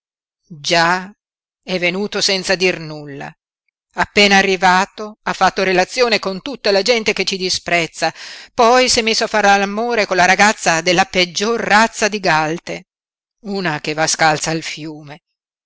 già è venuto senza dir nulla appena arrivato ha fatto relazione con tutta la gente che ci disprezza poi s'è messo a far all'amore con la ragazza della peggior razza di galte una che va scalza al fiume